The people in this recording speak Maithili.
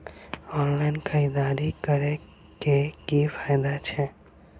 ऑनलाइन खरीददारी करै केँ की फायदा छै?